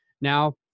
Now